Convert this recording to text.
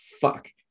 fuck